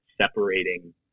separating